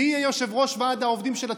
מי יהיה יושב-ראש ועד העובדים של הציבור?